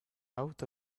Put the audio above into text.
out